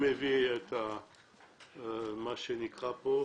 את מה שנקרא פה,